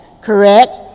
correct